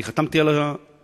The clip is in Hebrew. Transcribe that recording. אני חתמתי על התוכניות,